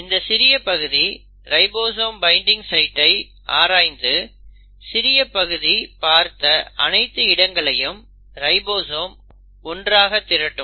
இந்த சிறிய பகுதி ரைபோசோம் பைன்டிங் சைட்டை ஆராய்ந்து சிறிய பகுதி பார்த்த அனைத்து இடங்களையும் ரைபோசோம் ஒன்றாக திரட்டும்